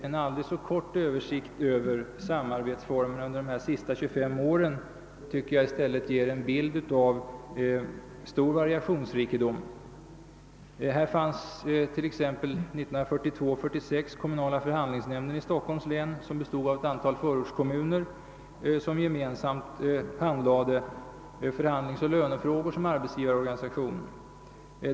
En aldrig så kort översikt över samarbetsformerna under de senaste 25 åren ger i stället en bild av stor variationsrikedom. Här fanns t.ex. åren 1942—1946 kommunala förhandlingsnämnden i Stockholms län. Denna bestod av ett antal förortskommuner som gemensamt handlade förhandlingsoch lönefrågor som arbetsgivarorganisation.